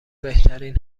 بهترین